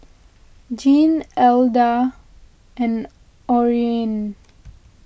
Gene Adela and Orene